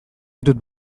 ditut